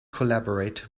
collaborate